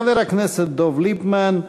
חבר הכנסת דב ליפמן,